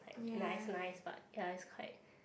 like nice nice but ya it's quite